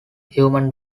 human